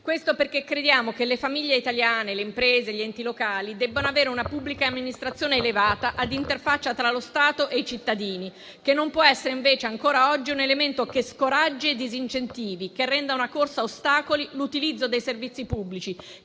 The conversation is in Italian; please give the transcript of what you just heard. Ciò perché crediamo che le famiglie italiane, le imprese e gli enti locali debbano avere una pubblica amministrazione elevata ad interfaccia tra lo Stato e cittadini, che non può essere invece ancora oggi un elemento che scoraggi e disincentivi, che renda l'utilizzo dei servizi pubblici